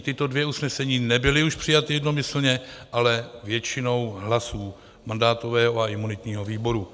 Tato dvě usnesení již nebyla přijata jednomyslně, ale většinou hlasů mandátového a imunitního výboru.